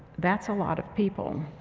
that's a lot of people.